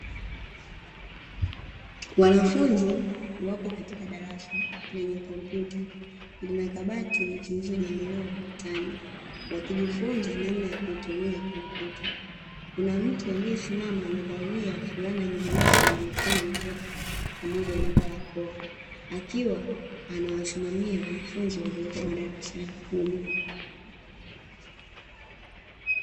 Wanafunzi wapo katika darasa lenye kompyuta, lina kabati zilizojengelewa ukutani wakijifunza namna ya kutumia kompyuta, kuna mtu aliyesimama amevalia fulana nyeusi yenye mikono mirefu pamoja na barakoa akiwa anawasimamia wanafunzi walioko madarasani humo.